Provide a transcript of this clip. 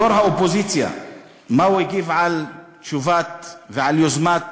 יו"ר האופוזיציה, איך הוא הגיב על תשובת ועל יוזמת